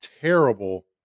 terrible